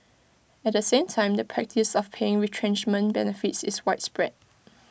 at the same time the practice of paying retrenchment benefits is widespread